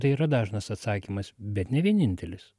tai yra dažnas atsakymas bet ne vienintelis